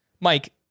Mike